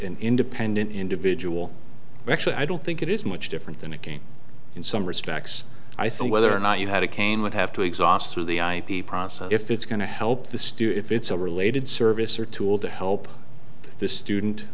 independent individual actually i don't think it is much different than again in some respects i think whether or not you had a cane would have to exhaust through the ip process if it's going to help the stew if it's a related service or tool to help the student